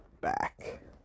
back